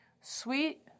sweet